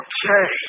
Okay